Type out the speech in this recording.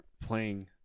playing